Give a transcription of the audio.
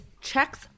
checks